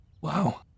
Wow